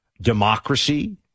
democracy